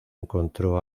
encontró